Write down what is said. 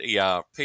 ERP